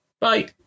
bye